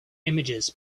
images